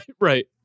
Right